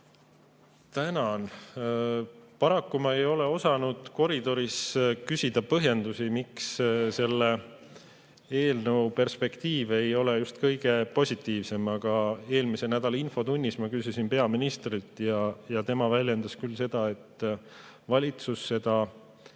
Tänan! Paraku ma ei ole osanud koridoris küsida põhjendusi, miks selle eelnõu perspektiiv ei ole just kõige positiivsem. Eelmise nädala infotunnis ma küsisin peaministrilt ja tema väljendas seda, et valitsus seda